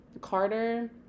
Carter